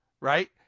right